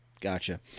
Gotcha